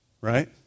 Right